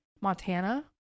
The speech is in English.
Montana